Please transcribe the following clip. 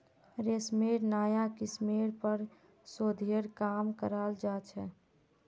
रेशमेर नाया किस्मेर पर शोध्येर काम कराल जा छ